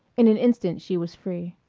in an instant she was free.